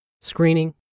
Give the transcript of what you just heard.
screening